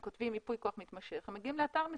הם כותבים ייפוי כוח מתמשך, הם מגיעים לאתר מסוים.